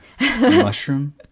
Mushroom